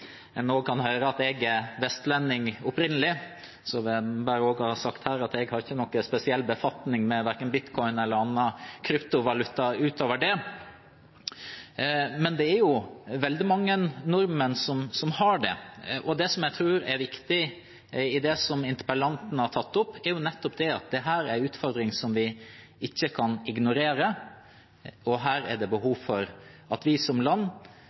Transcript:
og ved at en kan høre at jeg opprinnelig er vestlending, vil jeg bare ha sagt at jeg ikke har noen spesiell befatning med verken bitcoin eller annen kryptovaluta utover det. Men det er veldig mange nordmenn som har det. Det jeg tror er viktig i det som interpellanten har tatt opp, er nettopp at dette er en utfordring som vi ikke kan ignorere. Her er det behov for at vi som land